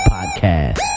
Podcast